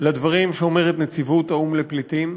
לדברים שאומרת נציבות האו"ם לפליטים.